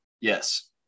Yes